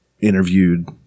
interviewed